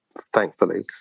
thankfully